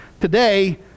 today